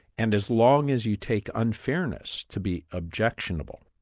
and as long as you take unfairness to be objectionable,